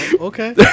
Okay